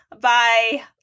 bye